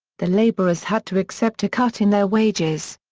the labourers had to accept a cut in their wages.